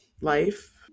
life